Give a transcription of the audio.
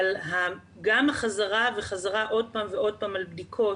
אבל גם החזרה עוד פעם ועוד פעם על בדיקות